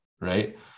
right